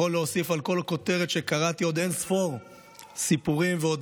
יכול להוסיף על כל כותרת שקראתי עוד אין-ספור סיפורים ועוד